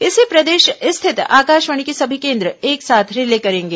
इसे प्रदेश स्थित आकाशवाणी के सभी केंद्र एक साथ रिले करेंगे